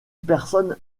personne